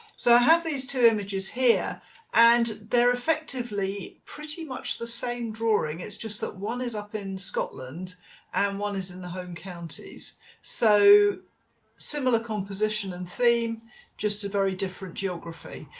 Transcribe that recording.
so i have these two images here and they're effectively pretty much the same drawing it's just that one is up in scotland and one is in the home counties so similar composition and theme just a very different geography,